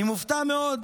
אני מופתע מאוד